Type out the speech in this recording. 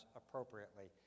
appropriately